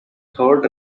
third